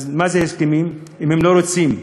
אז מה זה הסכמים אם הם לא רוצים?